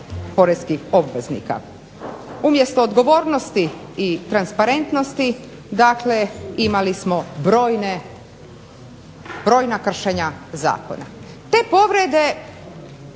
poreznih obveznika. Umjesto odgovornosti i transparentnosti dakle imali smo brojna kršenja zakona.